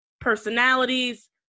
personalities